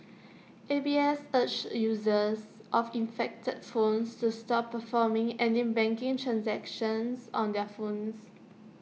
A B S urged users of infected phones to stop performing any banking transactions on their phones